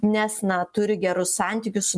nes na turi gerus santykius su